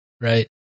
Right